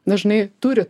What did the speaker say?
dažnai turi